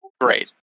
Great